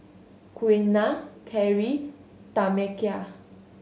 Quiana Kari Tamekia